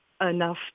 enough